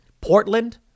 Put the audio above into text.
Portland